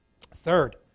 Third